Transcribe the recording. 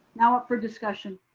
now up for discussion.